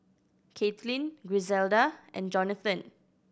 Caitlyn Griselda and Jonathan